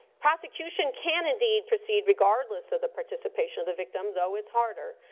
prosecution can, indeed, proceed regardless of the participation of the victim, though it's harder.